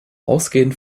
ausgehend